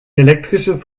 elektrisches